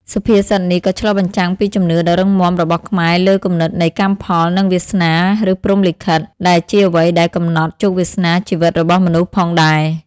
សុភាសិតនេះក៏ឆ្លុះបញ្ចាំងពីជំនឿដ៏រឹងមាំរបស់ខ្មែរលើគំនិតនៃកម្មផល និងវាសនា ឬព្រហ្មលិខិត ដែលជាអ្វីដែលកំណត់ជោគវាសនាជីវិតរបស់មនុស្សផងដែរ។